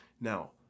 Now